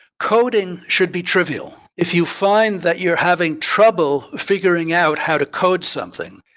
coding should be trivial. if you find that you're having trouble figuring out how to code something,